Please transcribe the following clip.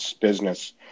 business